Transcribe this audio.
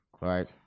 right